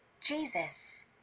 Jesus